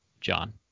John